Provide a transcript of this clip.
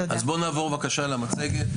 אז בוא נעבור בבקשה למצגת,